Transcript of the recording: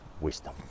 wisdom